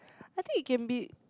I think it can be